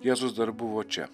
jėzus dar buvo čia